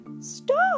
Stop